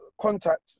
contact